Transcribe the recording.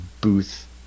booth